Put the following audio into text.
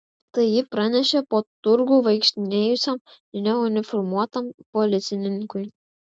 tai ji pranešė po turgų vaikštinėjusiam neuniformuotam policininkui